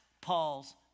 Paul's